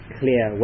clear